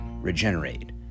Regenerate